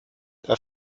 der